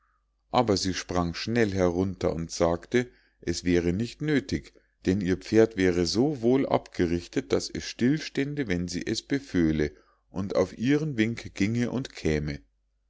aber sie sprang schnell herunter und sagte es wäre nicht nöthig denn ihr pferd wäre so wohl abgerichtet daß es still stände wenn sie es beföhle und auf ihren wink ginge und käme